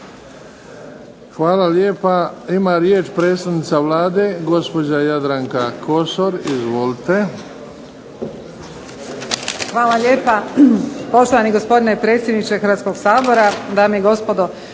Hvala lijepa. Ima riječ predsjednica Vlade, gospođa Jadranka Kosor. Izvolite. **Kosor, Jadranka (HDZ)** Hvala lijepa. Poštovani gospodine predsjedniče Hrvatskoga sabora. Dame i gospodo.